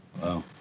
Wow